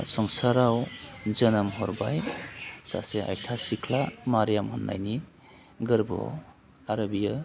संसाराव जोनोम हरबाय सासे आइथा सिख्ला मारियाम होन्नायनि गोरबोआव आरो बियो